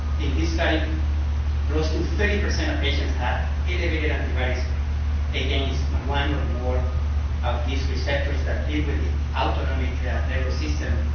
in this study close to thirty percent of patients had elevated antibodies against one or more of these receptors that deal with the autonomic nervous system,